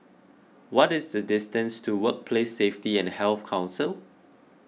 what is the distance to Workplace Safety and Health Council